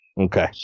Okay